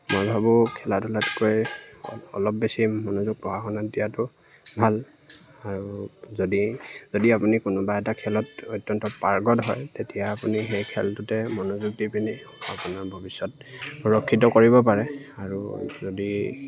মই ভাবোঁ খেলা ধূলাতকৈ অলপ বেছি মনোযোগ পঢ়া শুনাত দিয়াটো ভাল আৰু যদি আপুনি কোনোবা এটা খেলত অত্যন্ত পাৰ্গত হয় তেতিয়া আপুনি সেই খেলটোতে মনোযোগ দি পিনি আপোনাৰ ভৱিষ্যত সুৰক্ষিত কৰিব পাৰে আৰু যদি